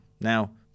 Now